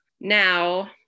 now